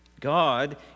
God